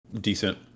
decent